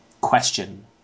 question